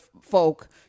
folk